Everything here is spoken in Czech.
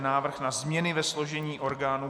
Návrh na změny ve složení orgánů